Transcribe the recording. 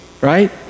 right